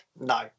No